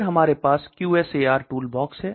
फिर हमारे पास QSAR टूल बॉक्स है